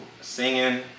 Singing